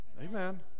Amen